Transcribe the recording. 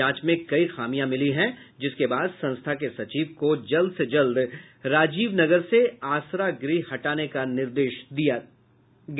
जांच में कई खामियां मिली है जिसके बाद संस्था के सचिव को जल्द से जल्द राजीवनगर से आसरा गृह हटाने का निर्देश दिया गया